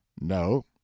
No